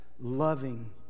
loving